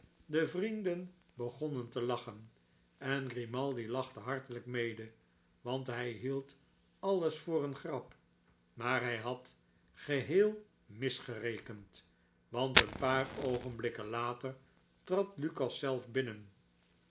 de vrienden begonnen te lachen en grimaldi lachte hartelijk mede want hij hield alles voor eene grap maar hij had geheel misgerekend want een paar oogenblikken later trad lukas zelf binnen